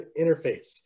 interface